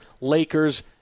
Lakers